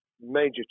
major